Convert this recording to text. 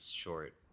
short